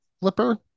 flipper